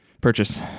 purchase